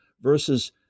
versus